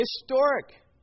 historic